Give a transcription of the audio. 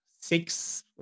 six